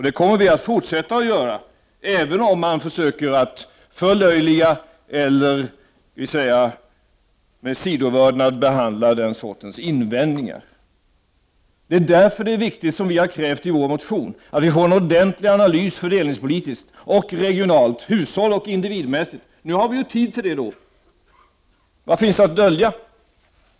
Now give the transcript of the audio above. Det kommer vi att fortsätta att göra, även om man försöker att förlöjliga eller med sidvördnad behandla den sortens invändningar. Det är därför viktigt att man, som vi krävt i vår motion, får en ordentlig analys av effekterna, fördelningspolitiskt och regionalt, för hushåll och individer. Nu har vi tid till det. Vad finns det att dölja?